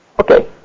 Okay